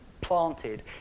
planted